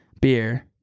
beer